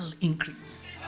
increase